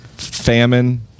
famine